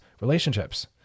Relationships